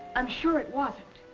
i'm sure it wasn't.